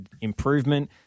improvement